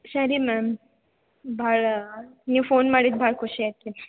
ಸರಿ ಮ್ಯಾಮ್ ಭಾಳ ನೀವು ಫೋನ್ ಮಾಡಿದ್ದು ಭಾಳ ಖುಷಿ ಆಯ್ತು ರೀ